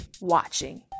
watching